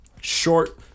short